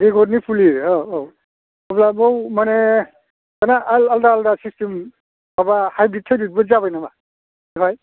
बेगरनि फुलि औ औ अब्ला बेयाव माने दाना आलदा आलदा सिस्थेम माबा हायब्रिद थाइब्रिदबो जाबाय नामा ओमफ्राय